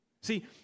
See